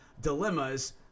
dilemmas